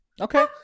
Okay